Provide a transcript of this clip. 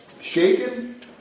shaken